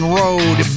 road